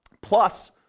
plus